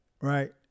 right